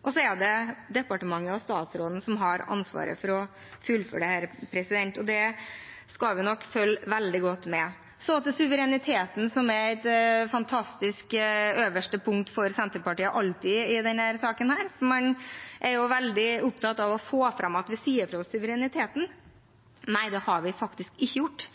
og så er det departementet og statsråden som har ansvaret for å fullføre dette. Vi skal nok følge veldig godt med. Så til suvereniteten, som alltid er et fantastisk øverste punkt for Senterpartiet i denne saken. Man er veldig opptatt av å få fram at vi sier fra oss suvereniteten. Nei, det har vi faktisk ikke gjort.